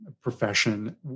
profession